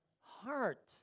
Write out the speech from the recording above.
heart